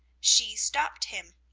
she stopped him.